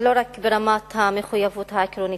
ולא רק ברמת המחויבות העקרונית.